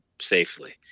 safely